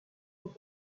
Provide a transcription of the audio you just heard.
aux